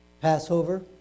Passover